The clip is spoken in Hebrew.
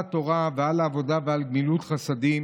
על התורה ועל העבודה ועל גמילות חסדים".